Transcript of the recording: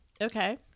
Okay